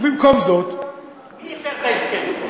ובמקום זאת מי הפר את ההסכם?